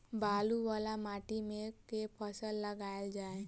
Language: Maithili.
बालू वला माटि मे केँ फसल लगाएल जाए?